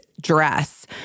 dress